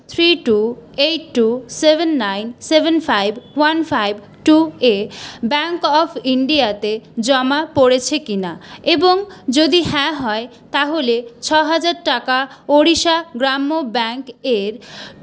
three two eight two seven nine seven seven five one five two eight bank of ইন্ডিয়াতে জমা পড়েছে কিনা এবং যদি হ্যাঁ হয় তাহলে ছ হাজার টাকা ওড়িশা গ্রাম্য ব্যাংক এর